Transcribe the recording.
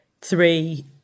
three